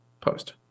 post